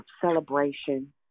celebration